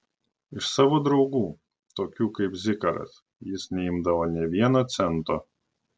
iš savo draugų tokių kaip zikaras jis neimdavo nė vieno cento